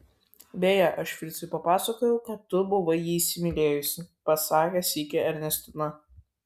beje aš fricui papasakojau kad tu buvai jį įsimylėjusi pasakė sykį ernestina